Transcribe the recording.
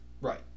Right